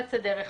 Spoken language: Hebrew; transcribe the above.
כפורץ דרך.